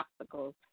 obstacles